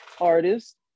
artist